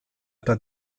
eta